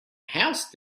house